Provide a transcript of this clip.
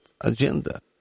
agenda